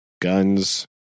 Guns